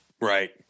Right